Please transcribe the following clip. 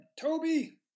Toby